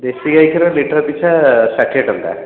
ଦେଶୀ ଗାଈ କ୍ଷୀର ଲିଟର ପିଛା ଷାଠିଏ ଟଙ୍କା